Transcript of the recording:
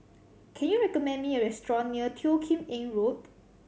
can you recommend me a restaurant near Teo Kim Eng Road